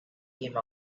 came